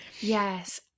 Yes